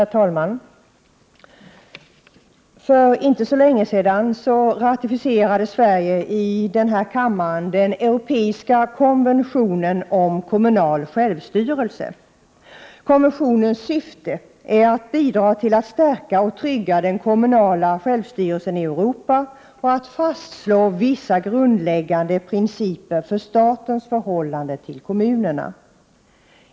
Herr talman! För inte så länge sedan ratificerade för Sverige denna kammare den europeiska konventionen om kommunal självstyrelse. Konventionens syfte är att bidra till att stärka och trygga den kommunala självstyrelsen i Europa och att fastslå vissa grundläggande principer för statens förhållande till kommunerna.